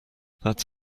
that’s